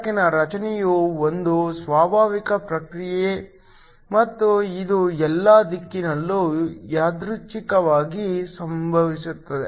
ಬೆಳಕಿನ ರಚನೆಯು ಒಂದು ಸ್ವಾಭಾವಿಕ ಪ್ರಕ್ರಿಯೆ ಮತ್ತು ಇದು ಎಲ್ಲಾ ದಿಕ್ಕುಗಳಲ್ಲಿ ಯಾದೃಚ್ಛಿಕವಾಗಿ ಸಂಭವಿಸುತ್ತದೆ